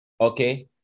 okay